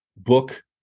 book